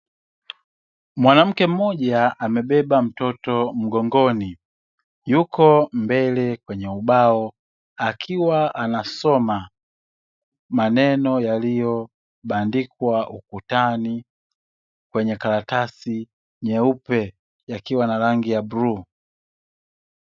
Mwanamke mmoja amebeba mtoto mgongoni yuko mbele kwenye ubao, akiwa anasoma maneno yaliyobandikwa ukutani kwenye karatasi nyeupe yakiwa na rangi ya bluu.